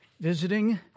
visiting